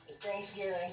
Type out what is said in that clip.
Thanksgiving